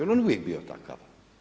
Jel' on uvijek bio takav?